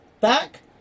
back